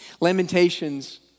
Lamentations